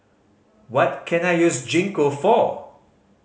what can I use Gingko for